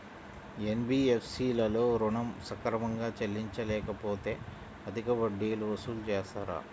NBFC లలో ఋణం సక్రమంగా చెల్లించలేకపోతె అధిక వడ్డీలు వసూలు చేస్తారా?